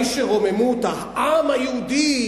מי שרוממות העם היהודי,